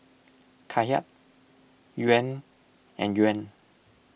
Kyat Yuan and Yuan